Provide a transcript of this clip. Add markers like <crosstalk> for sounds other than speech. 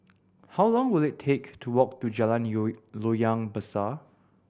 how long will it take to walk to Jalan <unintelligible> Loyang Besar